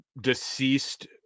deceased